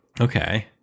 Okay